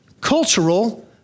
cultural